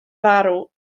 farw